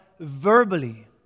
Verbally